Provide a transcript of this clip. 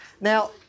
Now